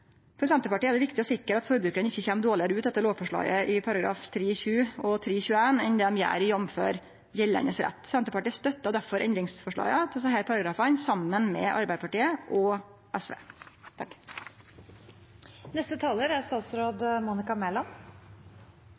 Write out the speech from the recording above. For Senterpartiet er det viktig å sikre at forbrukaren ikkje kjem dårlegare ut etter lovforslaga i §§ 3-20 og 3-21 enn dei gjer i gjeldande rett. Senterpartiet støttar derfor endringsforslaga til desse paragrafane saman med Arbeidarpartiet og SV. Det er